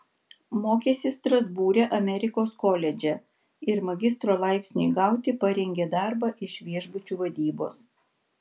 mokėsi strasbūre amerikos koledže ir magistro laipsniui gauti parengė darbą iš viešbučių vadybos